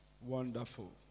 Wonderful